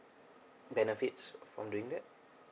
benefits from doing that